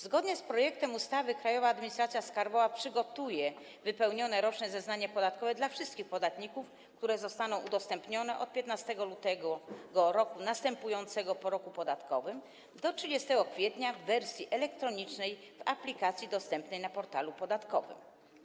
Zgodnie z projektem ustawy Krajowa Administracja Skarbowa przygotuje wypełnione roczne zeznania podatkowe dla wszystkich podatników, które zostaną udostępnione od 15 lutego roku następującego po roku podatkowym do 30 kwietnia w wersji elektronicznej w aplikacji dostępnej na portalu podatkowym.